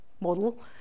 model